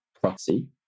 proxy